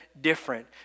different